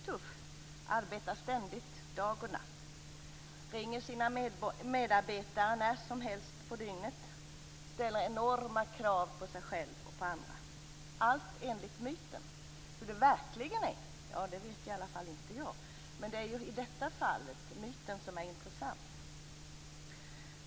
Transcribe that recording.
Tuff, arbetar ständigt, dag och natt, ringer sina medarbetare när som helst på dygnet, ställer enorma krav på sig själv och på andra - allt enligt myten. Hur det verkligen är vet i alla fall inte jag, men i det här fallet är det myten som är intressant.